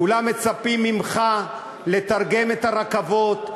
כולם מצפים ממך לתרגם את הרכבות,